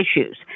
issues